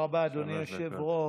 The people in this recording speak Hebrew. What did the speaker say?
תודה רבה, אדוני היושב-ראש.